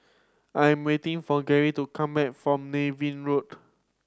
I am waiting for Gary to come back from Niven Road